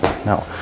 No